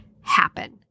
happen